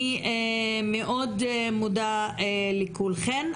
אני מאוד מודה לכולכן.